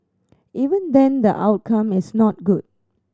even then the outcome is not good